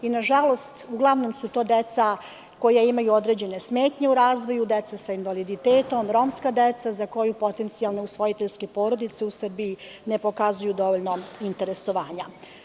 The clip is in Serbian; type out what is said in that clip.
To su uglavnom deca koja imaju određene smetnje u razvoju, deca sa invaliditetom, romska deca za koju potencijalne usvojiteljske porodice u Srbiji ne pokazuju dovoljno interesovanja.